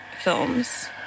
films